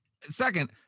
Second